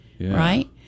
right